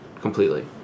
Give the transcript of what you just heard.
completely